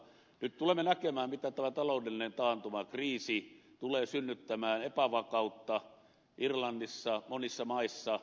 nyt tulemme näkemään miten tämä taloudellinen taantumakriisi tulee synnyttämään epävakautta irlannissa monissa maissa